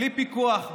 בלי פיקוח,